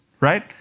right